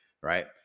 Right